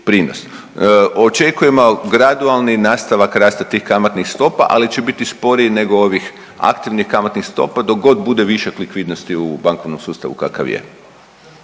Očekujemo gradualni nastavak rasta tih kamatnih stopa, ali će biti sporiji nego ovi aktivnih kamatnih stopa dok god bude višak likvidnosti u bankovnom sustavu kakav je.